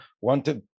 wanted